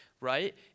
right